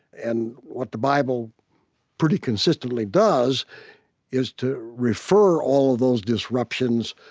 and what the bible pretty consistently does is to refer all of those disruptions